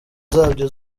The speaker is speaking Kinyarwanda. zabyo